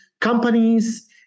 companies